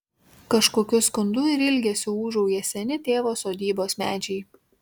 kažkokiu skundu ir ilgesiu ūžauja seni tėvo sodybos medžiai